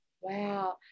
wow